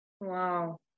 Wow